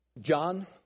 John